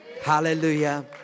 Hallelujah